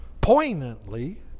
Poignantly